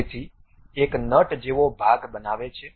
તેથી તે એક નટ જેવો ભાગ બનાવે છે